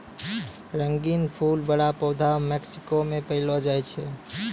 रंगीन फूल बड़ा पौधा मेक्सिको मे पैलो जाय छै